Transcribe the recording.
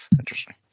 Interesting